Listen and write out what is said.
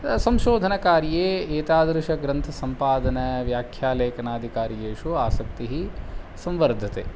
संशोधनकार्ये एतादृश ग्रन्थसम्पादनव्याख्यालेखनादि कार्येषु आसक्तिः संवर्धते